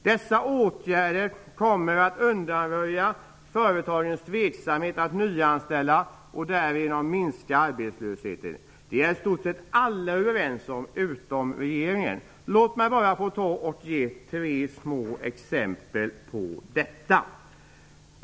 Dessa åtgärder kommer att undanröja företagens tveksamhet att nyanställa och därigenom att minska arbetslösheten. Det är i stort sett alla överens om utom regeringen. Låt mig bara ge tre små exempel på detta.